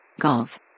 Golf